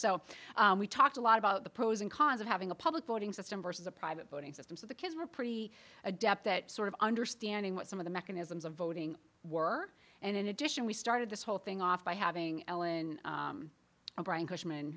so we talked a lot about the pros and cons of having a public voting system versus a private voting system so the kids were pretty adept that sort of understanding what some of the mechanisms of voting were and in addition we started this whole thing off by having ellen and brian ca